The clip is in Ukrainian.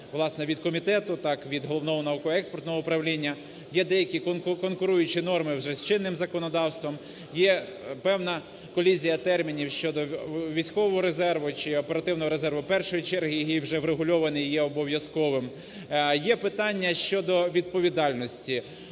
науково-експертного управління. Є деякі конкуруючі норми вже з чинним законодавством. Є певна колізія термінів щодо військового резерву чи оперативного резерву першої черги і вже врегульований є обов'язковим. Є питання щодо відповідальності